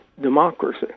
democracy